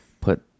put